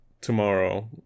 tomorrow